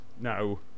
no